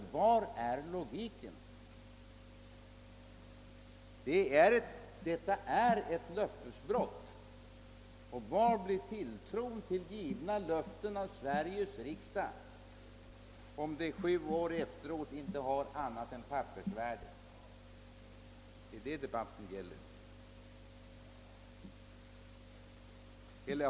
Var är logiken? Detta är ett löftesbrott. Hur blir det med tilltron till av Sveriges riksdag givna löften, om de efter sju år inte har annat än pappersvärde? Det är det debatten gäller.